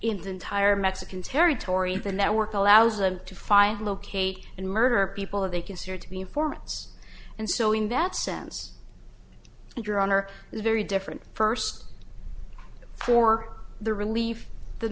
the entire mexican territory the network allows them to find locate and murder people who they consider to be informants and so in that sense and your honor is very different first for the relief